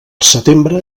setembre